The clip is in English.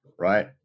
right